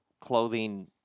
clothing